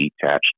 detached